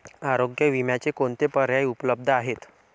आरोग्य विम्याचे कोणते पर्याय उपलब्ध आहेत?